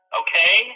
okay